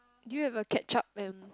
do you have a ketchup and